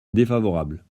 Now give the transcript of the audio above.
défavorable